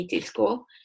school